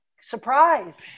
Surprise